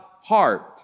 heart